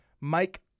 mike